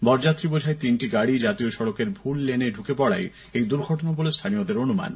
বরযাত্রী বোঝাই তিনটি গাড়ি জাতীয় সড়কের ভুল লেনে ঢুকে পরায় এই দুর্ঘটনা বলে স্থানীয়দের অনুমান